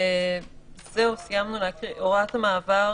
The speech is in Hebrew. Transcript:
הוראת המעבר